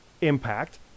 Impact